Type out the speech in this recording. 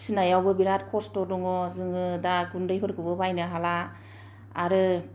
फिनायावबो बेराद खस्थ दङ जोंङो दा गुन्दैफोरखौबो बायनो हाला आरो